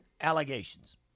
allegations